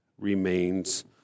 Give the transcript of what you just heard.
remains